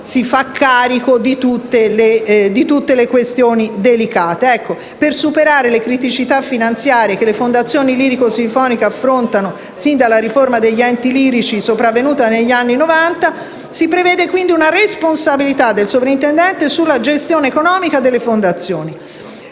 si fa carico di tutte le questioni delicate. Per superare le criticità finanziarie che le fondazioni lirico-sinfoniche affrontano sin dalla riforma degli enti lirici, avvenuta negli anni Novanta, si prevede una responsabilità del sovrintendente sulla gestione economica delle fondazioni.